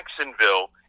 Jacksonville